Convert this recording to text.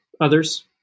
others